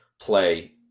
play